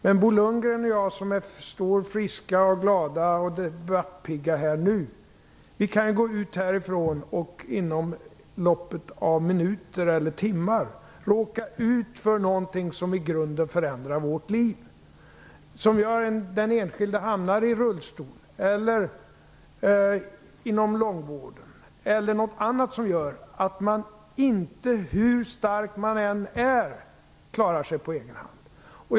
Men Bo Lundgren och jag som är friska, glada och debattpigga just nu kan ju när vi går ut från denna kammare inom loppet av minuter eller timmar råka ut för något som i grunden förändrar våra liv. Man kan råka ut för något som gör att man hamnar i rullstol eller inom långvården. Det kan också vara något annat som gör att man, hur stark man än är, inte klarar sig på egen hand.